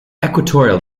equatorial